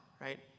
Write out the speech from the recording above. right